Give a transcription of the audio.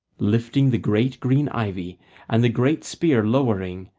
lifting the great green ivy and the great spear lowering,